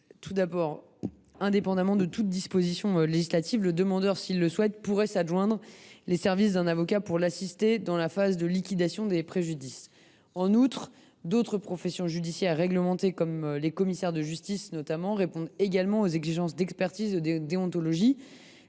Tout d’abord, indépendamment de toute disposition législative, le demandeur, s’il le souhaite, pourrait s’adjoindre les services d’un avocat pour l’assister dans la phase de liquidation des préjudices. En outre, d’autres professions judiciaires réglementées, comme les commissaires de justice, répondent aux exigences d’expertise et de déontologie,